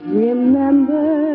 remember